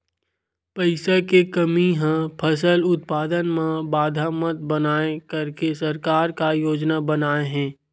पईसा के कमी हा फसल उत्पादन मा बाधा मत बनाए करके सरकार का योजना बनाए हे?